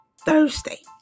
Thursday